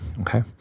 Okay